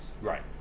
Right